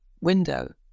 window